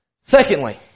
secondly